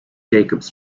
jacobs